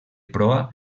proa